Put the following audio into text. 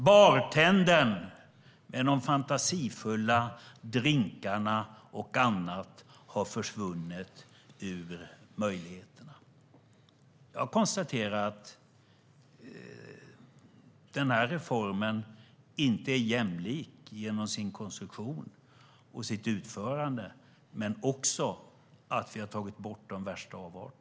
Bartendern med de fantasifulla drinkarna har försvunnit från RUT.